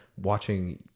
watching